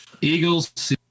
Eagles